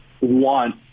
want